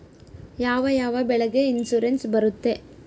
ಯಾವ ಯಾವ ಬೆಳೆಗೆ ಇನ್ಸುರೆನ್ಸ್ ಬರುತ್ತೆ?